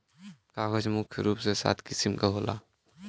कागज मुख्य रूप से सात किसिम क होला